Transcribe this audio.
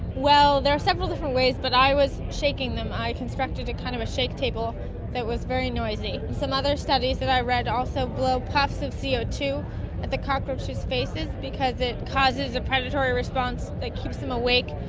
well, there are several different ways but i was shaking them. i constructed a kind of a shake table that was very noisy. some other studies that i read also blow puffs of co ah two at the cockroaches' faces because it causes a predatory response that keeps them awake,